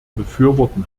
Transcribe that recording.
befürworten